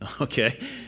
Okay